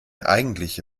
eigentliche